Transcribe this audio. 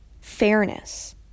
fairness